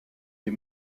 des